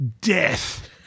death